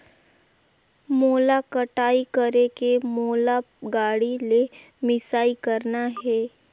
मोला कटाई करेके मोला गाड़ी ले मिसाई करना हे?